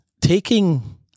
taking